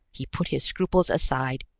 he put his scruples aside.